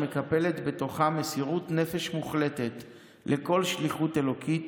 שמקפלת בתוכה מסירות נפש מוחלטת לכל שליחות אלוקית,